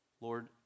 Lord